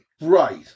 Right